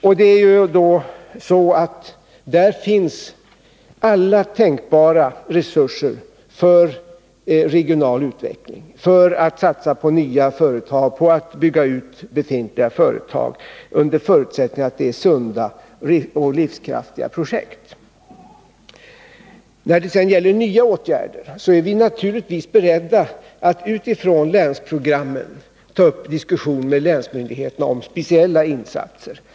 I åtgärdsprogrammet föreslås att alla tänkbara resurser skall satsas på regional utveckling. Det gäller satsningar på nya företag och på utbyggnad av befintliga företag under förutsättning att man har sunda och livskraftiga projekt. När det sedan gäller nya åtgärder är vi naturligtvis beredda att utifrån länsprogrammen ta upp diskussion med länsmyndigheterna om speciella insatser.